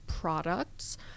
products